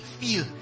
feel